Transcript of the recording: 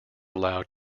allowed